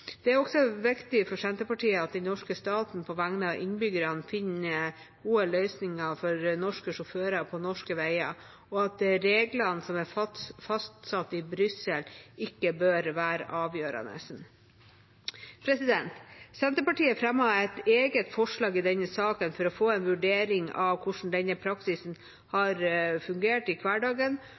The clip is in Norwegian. Det er også viktig for Senterpartiet at den norske staten på vegne av innbyggerne finner gode løsninger for norske sjåfører på norske veier, og at reglene som er fastsatt i Brussel, ikke bør være avgjørende. Senterpartiet har fremmet et eget forslag i denne saken for å få en vurdering av hvordan denne praksisen har fungert i hverdagen,